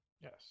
yes